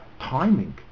timing